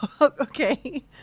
Okay